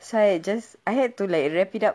so I just I had to like wrap it up